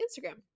Instagram